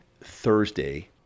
Thursday